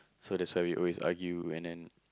so that's why we always argue and then